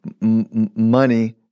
money